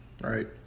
right